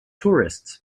tourists